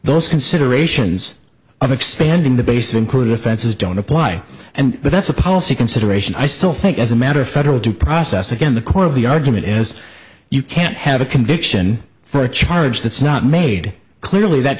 those considerations of expanding the base included offenses don't apply and but that's a policy consideration i still think as a matter of federal due process again the core of the argument is you can't have a conviction for a charge that's not made clearly that